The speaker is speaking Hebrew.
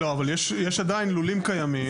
עדיין יש לולים קיימים.